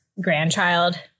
grandchild